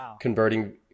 converting